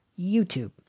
YouTube